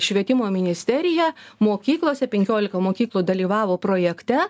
švietimo ministerija mokyklose penkiolika mokyklų dalyvavo projekte